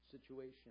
situation